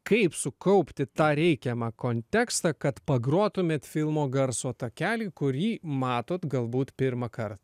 kaip sukaupti tą reikiamą kontekstą kad pagrotumėt filmo garso takelį kurį matot galbūt pirmąkart